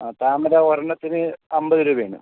ആ താമര ഒരെണ്ണത്തിന് അമ്പത് രൂപയാണ്